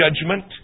judgment